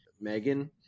Megan